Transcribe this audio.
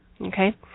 okay